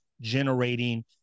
generating